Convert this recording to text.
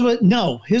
No